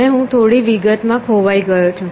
અને હું થોડી વિગતમાં ખોવાઈ ગયો છું